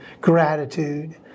gratitude